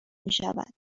میشود